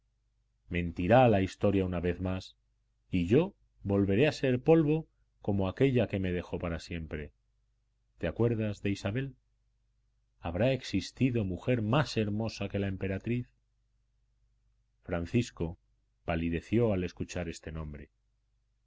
reclusión mentirá la historia una vez más y yo volveré a ser polvo como aquella que me dejó para siempre te acuerdas de isabel habrá existido mujer más hermosa que la emperatriz francisco palideció al escuchar este nombre